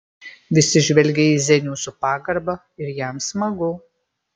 visi žvelgia į zenių su pagarba ir jam smagu